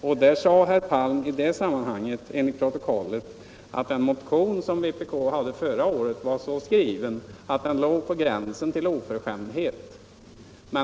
I den debatten sade herr Palm enligt pro 19 november 1975 tokollet att den motion som vpk hade väckt var så skriven att den låg på gränsen till oförskämdhet.